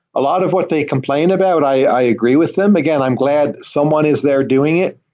a lot of what they complain about, i agree with them. again, i'm glad someone is there doing it,